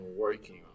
working